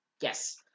Yes